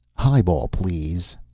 highball, please,